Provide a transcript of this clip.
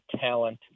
talent